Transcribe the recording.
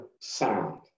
sound